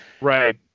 Right